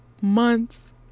months